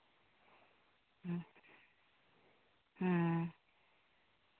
ᱦᱮᱸ